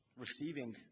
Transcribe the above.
receiving